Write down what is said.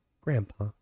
grandpa